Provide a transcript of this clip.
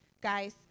guys